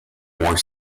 more